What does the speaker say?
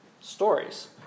stories